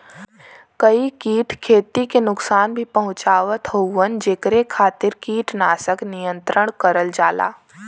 कई कीट खेती के नुकसान भी पहुंचावत हउवन जेकरे खातिर कीटनाशक नियंत्रण करल जाला